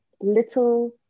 Little